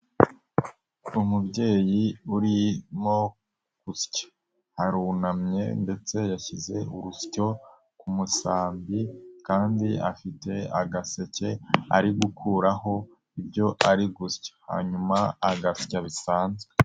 Umubyeyi urimo gusya, arunamye ndetse yashyize urusyo ku musambi kandi afite agaseke ari gukuraho ibyo ari gusya hanyuma agasya bisanzwe.